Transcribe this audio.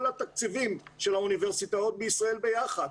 התקציבים של האוניברסיטאות בישראל ביחד.